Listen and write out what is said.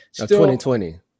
2020